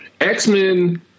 X-Men –